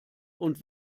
und